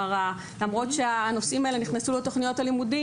למרות שהנושאים האלה נכנסו לתכניות הלימודים